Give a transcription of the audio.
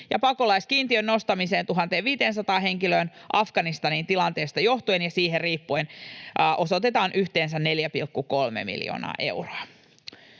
pakolaiskiintiön nostamiseen 1 500 henkilöön Afganistanin tilanteesta johtuen ja siitä riippuen osoitetaan yhteensä 4,3 miljoonaa euroa.